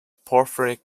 porphyritic